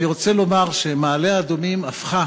אני רוצה לומר שמעלה-אדומים הפכה